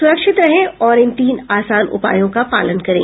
सुरक्षित रहें और इन तीन आसान उपायों का पालन करें